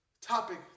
topic